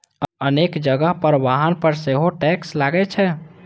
अनेक जगह पर वाहन पर सेहो टैक्स लागै छै